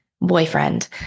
boyfriend